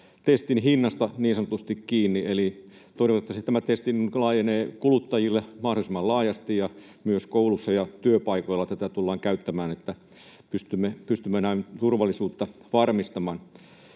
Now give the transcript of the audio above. testin hinnasta kiinni. Toivottavasti tämä testi laajenee kuluttajille mahdollisimman laajasti ja myös koulussa ja työpaikoilla tätä tullaan käyttämään, niin että pystymme näin turvallisuutta varmistamaan.